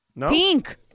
Pink